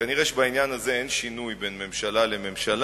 כנראה בעניין הזה אין שינוי בין ממשלה לממשלה,